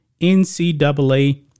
NCAA